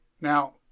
Now